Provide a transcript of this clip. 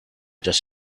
just